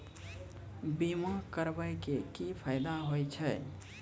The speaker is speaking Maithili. बीमा करबै के की फायदा होय छै?